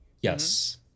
Yes